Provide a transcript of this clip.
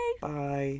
bye